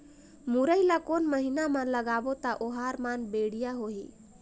मुरई ला कोन महीना मा लगाबो ता ओहार मान बेडिया होही?